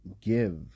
give